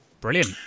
Brilliant